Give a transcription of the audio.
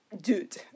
dude